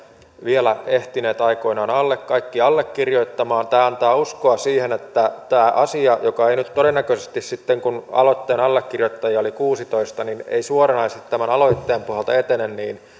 vielä ehtineet aikoinaan allekirjoittamaan tämä antaa uskoa siihen että tämän asian joka ei nyt todennäköisesti kun aloitteen allekirjoittajia oli kuusitoista suoranaisesti tämän aloitteen pohjalta etene